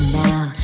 now